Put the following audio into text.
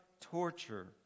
torture